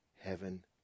heaven